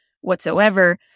whatsoever